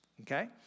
Okay